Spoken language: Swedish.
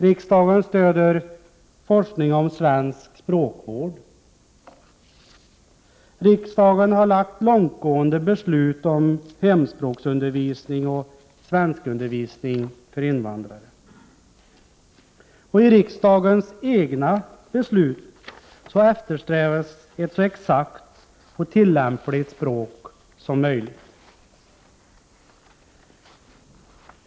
Riksdagen stöder forskning om svensk språkvård. Riksdagen har fattat långtgående beslut om hemspråksundervisning och svenskundervisning för invandrare. I riksdagens egna beslut eftersträvas ett så exakt och tillämpligt språk som möjligt.